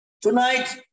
Tonight